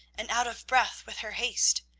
and out of breath with her haste.